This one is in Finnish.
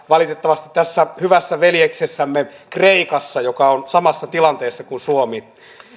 valitettavasti tässä hyvässä veljessämme kreikassa joka on samassa tilanteessa kuin suomi